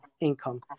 income